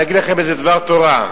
אגיד לכם דבר תורה.